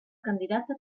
candidata